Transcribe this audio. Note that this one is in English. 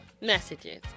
messages